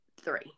Three